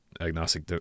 agnostic